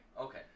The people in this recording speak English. Okay